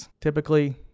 typically